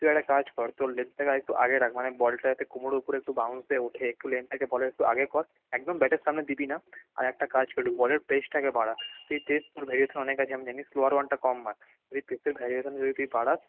তুই একটা কাজ কর তোর লেনথ থেকে আরেকটু আগে রাখ মানে বলটা যাতে কোমরের উপরে একটু বাউন্স দে ওঠে একটু লেনথ থেকে উঠে বলের একটু আগে কর একদম ব্যাটের সামনে দিবি না আর একটা কাজ করবি বলের পেসটাকে বাড়া তোর ভ্যারিয়েশান অনেক আছে জানি কম মার যদি পেসের ভ্যারিয়েশান যদি তুই বাড়াস